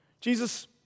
Jesus